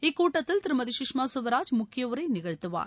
இக்கூட்டத்தில் திருமதி சுஷ்மா சுவராஜ் முக்கிய உரை நிகழ்த்துவார்